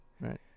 right